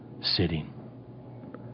sitting